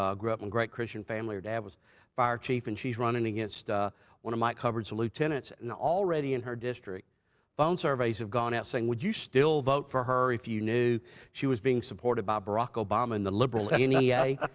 um grew up in a great christian family. her dad was fire chief and she's running against one of mike hubbard's lieutenants and already in her district phone surveys have gone out saying, would you still vote for her if you knew she was being supported by barak obama and the liberal n e a?